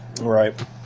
Right